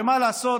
שמה לעשות,